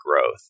growth